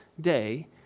day